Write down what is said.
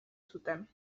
zuten